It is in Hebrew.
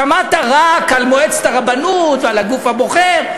שמעת רק על מועצת הרבנות ועל הגוף הבוחר.